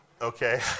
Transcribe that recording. Okay